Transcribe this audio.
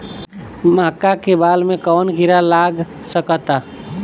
मका के बाल में कवन किड़ा लाग सकता?